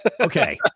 Okay